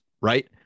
right